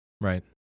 Right